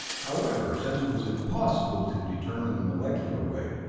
however, since it was impossible to determine the molecular weight,